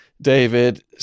David